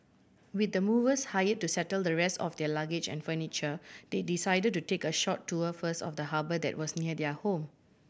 with the movers hired to settle the rest of their luggage and furniture they decided to take a short tour first of the harbour that was near their home